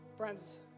Friends